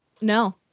No